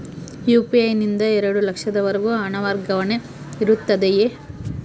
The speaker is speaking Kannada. ಯು.ಪಿ.ಐ ನಿಂದ ಎರಡು ಲಕ್ಷದವರೆಗೂ ಹಣ ವರ್ಗಾವಣೆ ಇರುತ್ತದೆಯೇ?